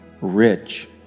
rich